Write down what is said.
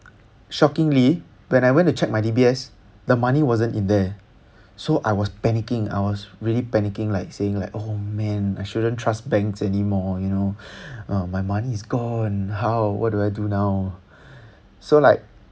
shockingly when I went to check my D_B_S the money wasn't in there so I was panicking I was really panicking like saying like oh man I shouldn't trust banks anymore you know my money is gone how what do I do now so like